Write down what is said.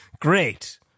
Great